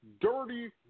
dirty